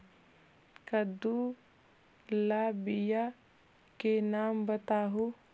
कददु ला बियाह के नाम बताहु?